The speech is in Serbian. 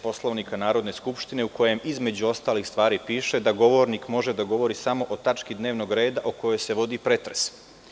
Poslovnika Narodne skupštine u kojem, između ostalih stvari, piše da govornik može da govori samo o tački dnevnog reda o kojoj se vodi pretres.